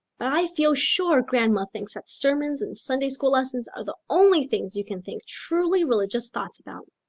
but i feel sure grandma thinks that sermons and sunday school lessons are the only things you can think truly religious thoughts about.